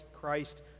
Christ